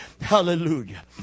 hallelujah